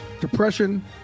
Depression